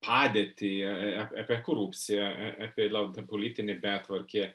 padėtį apie korupciją apie liau ta politinė betvarkė